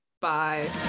Bye